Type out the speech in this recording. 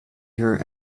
her